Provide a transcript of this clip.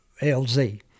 LZ